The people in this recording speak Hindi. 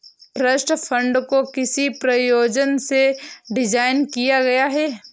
ट्रस्ट फंड को किस प्रयोजन से डिज़ाइन किया गया है?